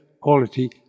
quality